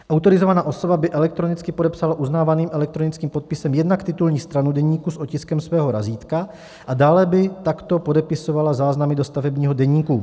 Autorizovaná osoba by elektronicky podepsala uznávaným elektronickým podpisem jednak titulní stranu deníku s otiskem svého razítka, a dále by takto podepisovala záznamy do stavebního deníku.